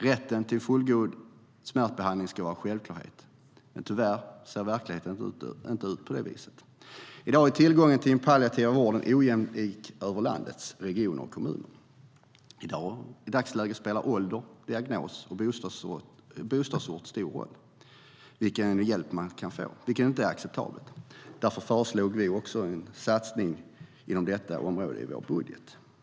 Rätten till fullgod smärtbehandling ska vara en självklarhet, men tyvärr ser verkligheten inte ut på det viset. Herr talman!